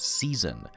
season